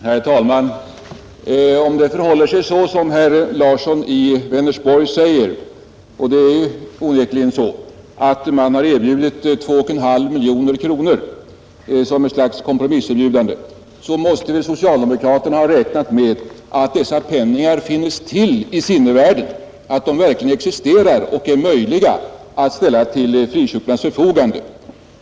Herr talman! Om det förhåller sig så som herr Larsson i Vänersborg säger — och det är onekligen så — att man har erbjudit 2,5 miljoner kronor såsom ett slags kompromisserbjudande, måste väl socialdemokraterna ha räknat med att dessa pengar finns till i sinnevärlden såsom verkligen existerande och möjliga att ställa till frikyrkornas förfogande.